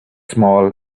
small